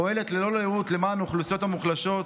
פועלת ללא לאות למען האוכלוסיות המוחלשות בישראל,